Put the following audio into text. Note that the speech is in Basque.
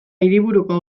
hiriburuko